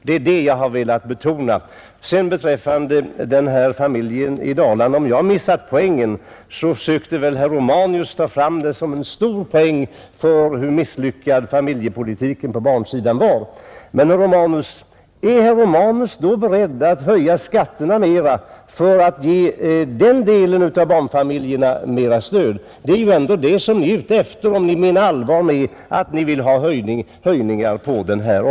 Det är det som jag har velat betona, Vad sedan beträffar den där familjen i Dalarna och att jag hade missat poängen i det sammanhanget så var det väl så att herr Romanus drog fram det exemplet som en stor poäng när det gäller att visa hur misslyckad familjepolitiken på barnsidan är. Men är herr Romanus då beredd att höja skatterna tillräckligt för att ge barnfamiljerna bättre stöd? Det måste nämligen bli resultatet, om ni menar allvar med att ni vill besluta om höjningar i detta fall.